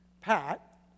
Pat